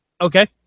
okay